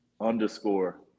underscore